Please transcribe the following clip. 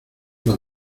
los